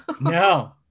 no